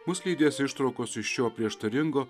mus lydės ištraukos iš šio prieštaringo